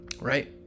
right